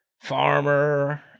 farmer